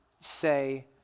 say